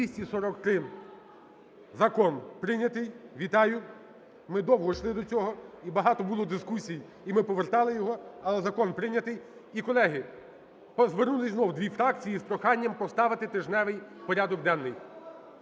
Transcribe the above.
За-243 Закон прийнятий. Вітаю. Ми довго йшли до цього і багато було дискусій, і ми повертали його, але закон прийнятий. І, колеги, звернулись знову дві фракції з проханням поставити тижневий порядок денний.